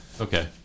Okay